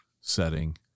setting